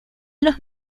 los